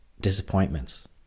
disappointments